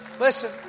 Listen